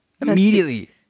Immediately